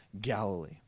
Galilee